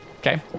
Okay